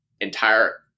entire